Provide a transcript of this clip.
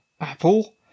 Apple